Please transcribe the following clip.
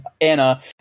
Anna